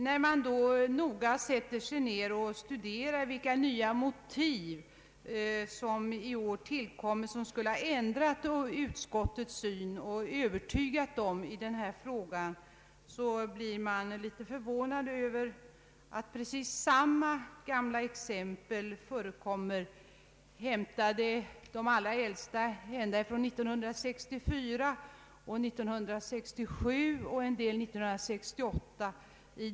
När man sätter sig ned och studerar vilka nya motiv som i år tillkommit och som skulle ha ändrat utskottets syn och övertygat utskottet i denna fråga, blir man litet förvånad över att precis samma gamla exempel förekommer i motionerna. De allra äldsta är hämtade ända från 1964, och en del är från 1967 och 1968.